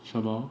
什么